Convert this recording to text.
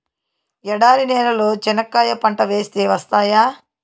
ఎడారి నేలలో చెనక్కాయ పంట వేస్తే వస్తాయా?